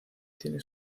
tiene